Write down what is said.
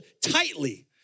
tightly